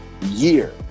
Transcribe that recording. year